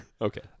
Okay